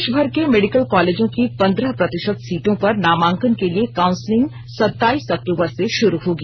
देशभर के मेडिकल कॉलेजों की पंद्रह प्रतिशत सीटों पर नामांकन के लिए काउंसलिंग सताईस अक्टूबर से शुरू होगी